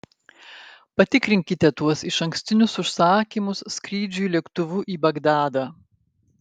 patikrinkite tuos išankstinius užsakymus skrydžiui lėktuvu į bagdadą